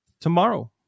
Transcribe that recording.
tomorrow